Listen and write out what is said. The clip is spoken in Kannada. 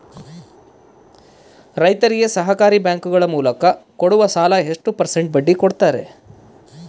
ರೈತರಿಗೆ ಸಹಕಾರಿ ಬ್ಯಾಂಕುಗಳ ಮೂಲಕ ಕೊಡುವ ಸಾಲ ಎಷ್ಟು ಪರ್ಸೆಂಟ್ ಬಡ್ಡಿ ಕೊಡುತ್ತಾರೆ?